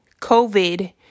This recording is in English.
COVID